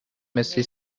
مثلی